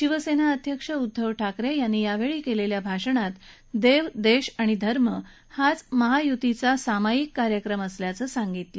शिवसेना अध्यक्ष उद्दव ठाकरे यांनी यावेळी केलेल्या भाषणात देव देश आणि धर्म हाच महायुतीचा सामाईक कार्यक्रम असल्याचं सांगितलं